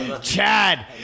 Chad